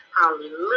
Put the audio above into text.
Hallelujah